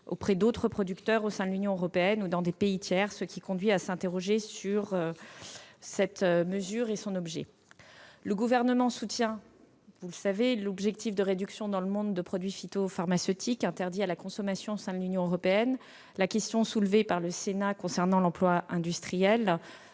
auprès d'autres producteurs au sein de l'Union européenne ou dans des pays tiers, ce qui conduit à s'interroger sur cette mesure et son objet. Vous le savez, le Gouvernement soutient l'objectif de réduction dans le monde de l'utilisation des produits phytopharmaceutiques interdits à la consommation au sein de l'Union européenne. La question soulevée par le Sénat concernant l'emploi industriel-